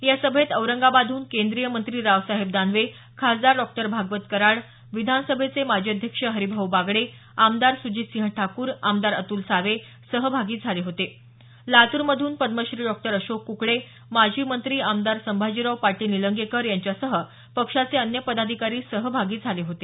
या सभेत औरंगाबादहून केंद्रीय मंत्री रावसाहेब दानवे खासदार डॉक्टर भागवत कराड विधानसभेचे माजी अध्यक्ष हरिभाऊ बागडे आमदार सुजितसिंह ठाकूर आमदार अतुल सावे सहभागी झाले होते लात्रमधून पद्मश्री डॉक्टर अशोक क्कडे माजी मंत्री आमदार संभाजीराव पाटील निलंगेकर यांच्यासह पक्षाचे अन्य पदाधिकारी सहभागी झाले होते